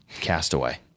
castaway